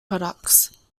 products